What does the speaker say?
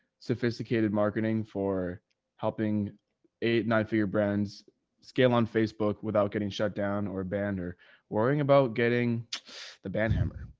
sophisticated marketing for helping eight, nine figure brands scale on facebook without getting shut down or banned or worrying about getting the banhammer.